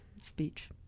speech